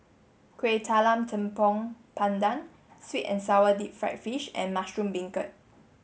Kuih Talam Tepong Pandan sweet and sour deep fried fish and mushroom beancurd